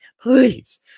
please